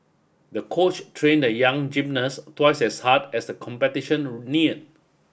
the coach trained the young gymnast twice as hard as the competition near